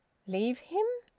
leave him?